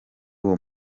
uwo